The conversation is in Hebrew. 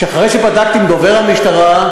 אחרי שבדקתי עם דובר המשטרה,